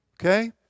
Okay